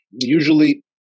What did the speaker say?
Usually